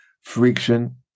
friction